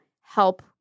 help